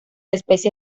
especie